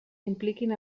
impliquin